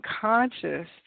conscious